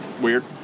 Weird